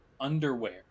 underwear